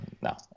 No